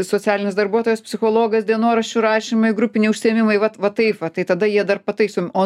socialinis darbuotojas psichologas dienoraščių rašymai grupiniai užsiėmimai vat va taip va tai tada jie dar pataisomi o